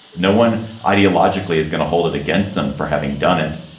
no one ideologically is going to hold it against them for having done it,